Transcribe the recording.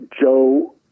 Joe